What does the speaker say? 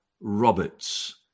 Roberts